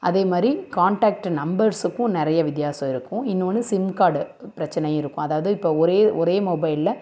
அதேமாதிரி காண்டாக்ட்டு நம்பர்ஸுக்கும் நிறைய வித்யாசம் இருக்கும் இன்னோன்று சிம் கார்டு பிரச்சனை இருக்கும் அதாவது இப்போ ஒரே ஒரே மொபைலில்